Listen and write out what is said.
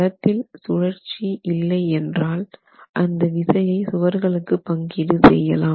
தளத்தில் சுழற்சி இல்லை என்றால் அந்த விசையை சுவர்களுக்கு பங்கீடு செய்யலாம்